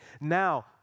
Now